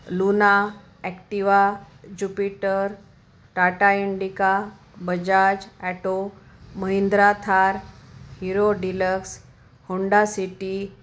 Luna Activa Jupiter Tata Indica Bajaj auto Mahindra Thar Hero Deluxe Honda city